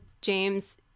James